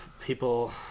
people